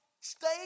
stay